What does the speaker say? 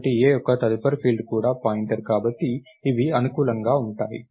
కాబట్టి A యొక్క తదుపరి ఫీల్డ్ కూడా పాయింటర్ కాబట్టి ఇవి అనుకూలంగా ఉంటాయి